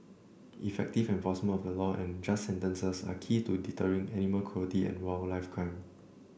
effective enforcement of the law and just sentences are key to deterring animal cruelty and wildlife crime